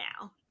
now